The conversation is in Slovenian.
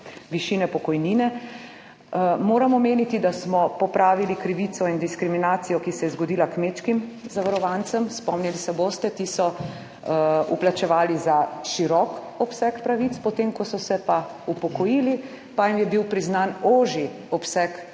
višine pokojnine. Moram omeniti, da smo popravili krivico in diskriminacijo, ki se je zgodila kmečkim zavarovancem. Spomnili se boste, ti so vplačevali za širok obseg pravic, potem ko so se pa upokojili, pa jim je bil priznan ožji obseg pravic